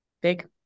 big